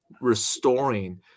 restoring